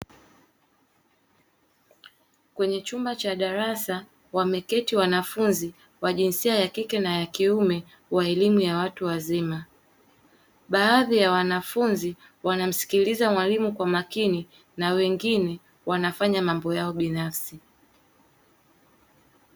Kwenye chumba cha darasa wameketi wanafunzi wa jinsia ya kike na ya kiume wa elimu ya watu wazima, baadhi ya wanafunzi wanamsikiliza mwalimu kwa makini na wengine wanafanya mambo yao binafsi.